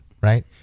right